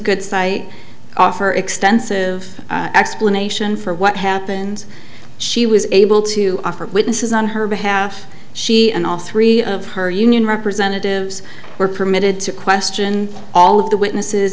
good site offer extensive explanation for what happened she was able to offer witnesses on her behalf she and all three of her union representatives were permitted to question all of the witnesses